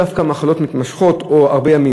הן לא דווקא בגלל מחלות מתמשכות או הרבה ימים,